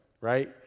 right